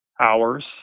hours